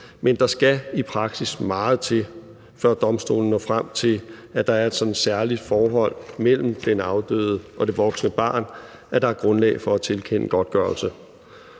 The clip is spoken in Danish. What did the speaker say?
men der skal i praksis meget til, før domstolene når frem til, at der er et sådant særligt forhold mellem den afdøde og det voksne barn, at der er grundlag for at tilkende godtgørelse.